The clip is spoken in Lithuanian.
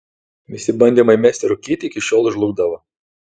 visi bandymai mesti rūkyti iki šiol žlugdavo